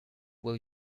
will